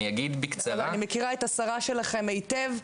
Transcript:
אני מכירה את השרה שלכם היטב,